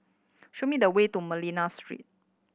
show me the way to Manila Street